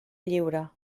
lliure